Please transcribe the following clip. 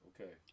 Okay